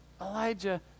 Elijah